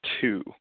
two